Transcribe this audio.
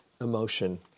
emotion